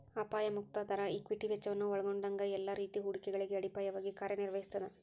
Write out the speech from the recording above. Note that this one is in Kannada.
ಅಪಾಯ ಮುಕ್ತ ದರ ಈಕ್ವಿಟಿ ವೆಚ್ಚವನ್ನ ಒಲ್ಗೊಂಡಂಗ ಎಲ್ಲಾ ರೇತಿ ಹೂಡಿಕೆಗಳಿಗೆ ಅಡಿಪಾಯವಾಗಿ ಕಾರ್ಯನಿರ್ವಹಿಸ್ತದ